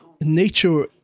nature